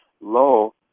Low